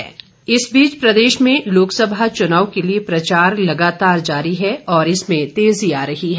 चुनाव प्रचार इस बीच प्रदेश में लोकसभा चुनाव के लिए प्रचार लगातार जारी है और इसमें तेज़ी आ रही है